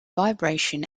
vibration